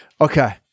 Okay